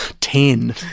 Ten